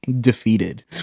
defeated